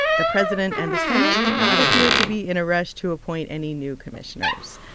the president and the senate do not appear to be in a rush to appoint any new commissioners.